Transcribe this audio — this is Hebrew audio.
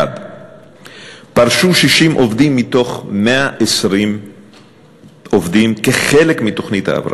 1. פרשו 60 עובדים מתוך 120 עובדים כחלק מתוכנית ההבראה.